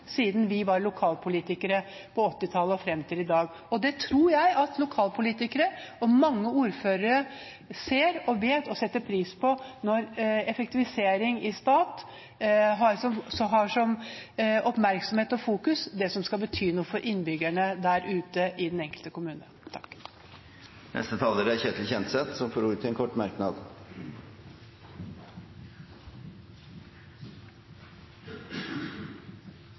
siden vi var lokalpolitikere på 1980-tallet og fram til i dag. Det tror jeg at lokalpolitikere og mange ordførere ser og vet å sette pris på, at effektivisering i staten har oppmerksomhet og fokus på det som betyr noe for innbyggerne i den enkelte kommune. Representanten Ketil Kjenseth har hatt ordet to ganger tidligere og får ordet til en kort merknad,